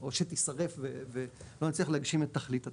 או שתישרף ולא נצליח להגשים את תכלית התקנה.